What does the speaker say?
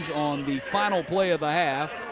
the final play of the half,